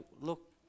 look